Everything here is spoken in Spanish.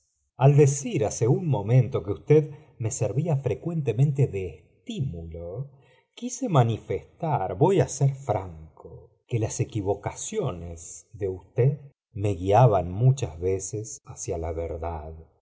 al decir hace un momento que usted me servía frecuentemente da estímulo quise manifestar voy á fccr franco que las equivocaciones de usted me guiaban muchas veces hacia la verdad